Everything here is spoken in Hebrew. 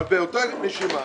ובאותה נשימה